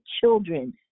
children